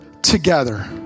together